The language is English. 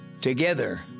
Together